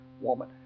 woman